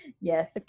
Yes